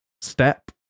step